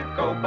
go